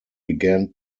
began